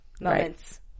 moments